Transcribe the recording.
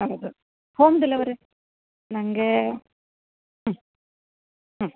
ಹೌದು home delivery ನನಗೆ ಹ್ಞೂ ಹ್ಞೂ